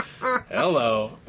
Hello